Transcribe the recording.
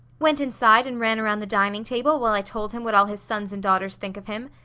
went inside and ran around the dining table while i told him what all his sons and daughters think of him.